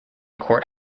court